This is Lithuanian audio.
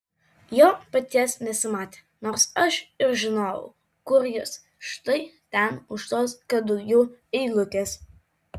jo paties nesimatė nors aš ir žinojau kur jis štai ten už tos kadugių eilutės